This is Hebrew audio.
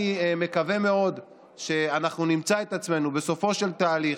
אני מקווה מאוד שאנחנו נמצא את עצמנו בסופו של תהליך,